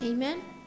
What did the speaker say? Amen